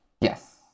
yes